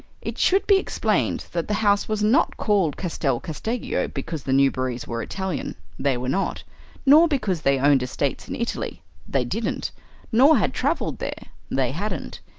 it should be explained that the house was not called castel casteggio because the newberrys were italian they were not nor because they owned estates in italy they didn't nor had travelled there they hadn't.